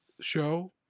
show